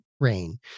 rain